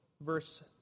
verse